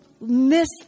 miss